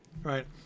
Right